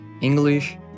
English